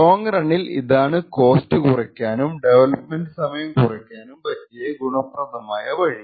long റണ്ണിൽ ഇതാണ് കോസ്റ്റ കുറക്കാനും ഡെവലൊപ്മെന്റ് സമയം കുറക്കാനും പറ്റിയ ഗുണപ്രദമായ വഴി